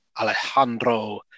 Alejandro